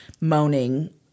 moaning